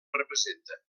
representa